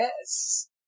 Yes